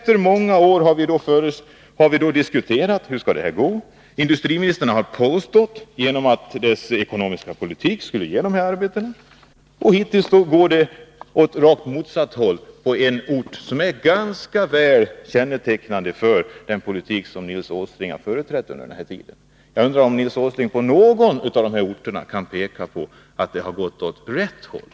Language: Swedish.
Sedan många år har vi diskuterat hur det skall gå. Industriministern har påstått att hans ekonomiska politik skulle ge de här arbetena. Hittills går det åt rakt motsatt håll på en ort som är ganska representativ när det gäller den politik som Nils Åsling har företrätt under den här tiden. Jag undrar om Nils Åsling kan peka på att det har gått åt rätt håll på någon av de orter det här gäller.